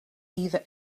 either